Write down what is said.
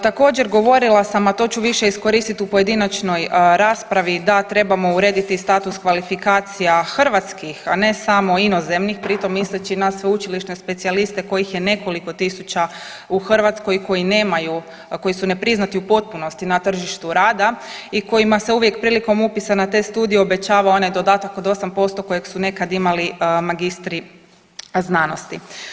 Također govorila sam, a to ću više iskoristit u pojedinačnoj raspravi da trebamo urediti status kvalifikacija hrvatskih, a ne samo inozemnih, pri tome misleći na sveučilišne specijaliste kojih je nekoliko tisuća u Hrvatskoj i koji nemaju, koji su nepriznati u potpunosti na tržištu rada i kojima se uvijek prilikom upisa na te studije obećava onaj dodatka od 8% kojeg su nekad imali magistri znanosti.